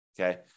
Okay